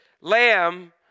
lamb